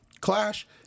clash